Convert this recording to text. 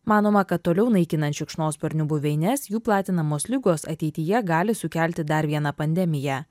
manoma kad toliau naikinant šikšnosparnių buveines jų platinamos ligos ateityje gali sukelti dar vieną pandemiją